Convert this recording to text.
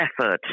effort